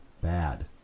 bad